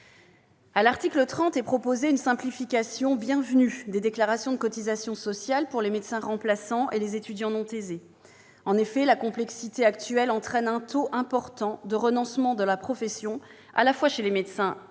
L'article 30 prévoit une simplification bienvenue des déclarations de cotisation sociale pour les médecins remplaçants et les étudiants non thésés. En effet, la complexité actuelle entraîne un taux important de renoncement dans la profession, à la fois chez les médecins retraités,